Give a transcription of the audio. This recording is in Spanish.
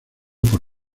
por